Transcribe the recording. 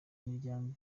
imiryango